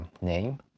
name